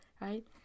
right